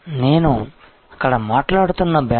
నేను అక్కడ మాట్లాడుతున్న బాండ్లు